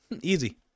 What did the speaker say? easy